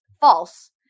false